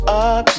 up